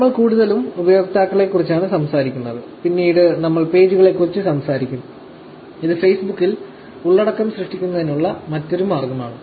നമ്മൾ കൂടുതലും ഉപയോക്താക്കളെക്കുറിച്ചാണ് സംസാരിക്കുന്നത് പിന്നീട് നമ്മൾ പേജുകളെക്കുറിച്ച് സംസാരിക്കും ഇത് ഫേസ്ബുക്കിൽ ഉള്ളടക്കം സൃഷ്ടിക്കുന്നതിനുള്ള മറ്റൊരു മാർഗമാണ്